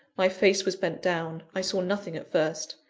my face was bent down i saw nothing at first.